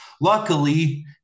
luckily